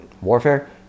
warfare